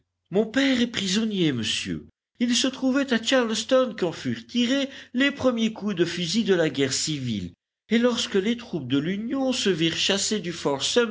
mon père est prisonnier monsieur il se trouvait à charleston quand furent tirés les premiers coups de fusil de la guerre civile et lorsque les troupes de l'union se virent chassées du fort